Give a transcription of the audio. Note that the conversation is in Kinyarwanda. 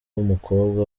w’umukobwa